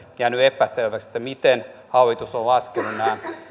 jäänyt epäselväksi miten hallitus on laskenut nämä